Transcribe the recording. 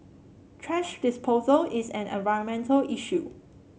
thrash disposal is an environmental issue